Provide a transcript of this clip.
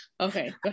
Okay